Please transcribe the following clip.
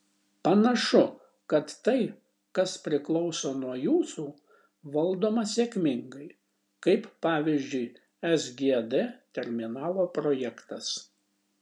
panašu kad tai kas priklauso nuo jūsų valdoma sėkmingai kaip pavyzdžiui sgd terminalo projektas